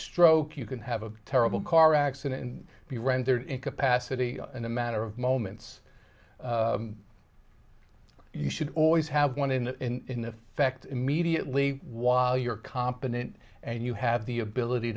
stroke you can have a terrible car accident and be rendered incapacity in a matter of moments you should always have one in effect immediately while you're competent and you have the ability